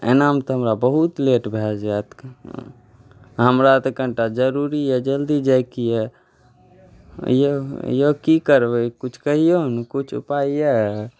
एनामे तऽ हमरा बहुत लेट भए जायत हमरा तऽ कनिटा जरूरी यए जल्दी जाइके यए यौ यौ की करबै कुछ कहियौ ने कुछ उपाय यए